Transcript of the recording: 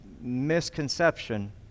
misconception